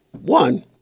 One